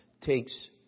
takes